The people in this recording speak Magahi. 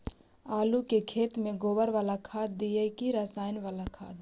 आलू के खेत में गोबर बाला खाद दियै की रसायन बाला खाद?